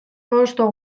hosto